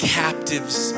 captives